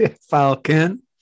Falcon